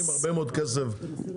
משקיעים הרבה מאוד כסף ברכבות,